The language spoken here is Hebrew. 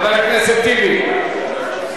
חבר הכנסת טיבי,